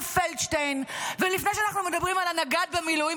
פלדשטיין ולפני שאנחנו מדברים על הנגד במילואים,